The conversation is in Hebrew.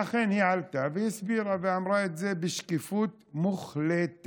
ואכן היא עלתה והסבירה ואמרה את זה בשקיפות מוחלטת,